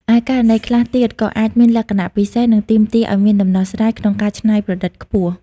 ឯ ករណីខ្លះទៀតក៏អាចមានលក្ខណៈពិសេស និងទាមទារអោយមានដំណោះស្រាយក្នុងការច្នៃប្រឌិតខ្ពស់។